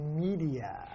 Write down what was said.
media